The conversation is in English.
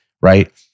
right